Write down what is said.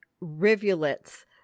rivulets